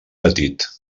petit